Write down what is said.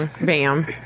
Bam